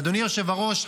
אדוני היושב-ראש,